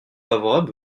favorable